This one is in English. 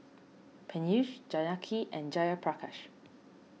Peyush Janaki and Jayaprakash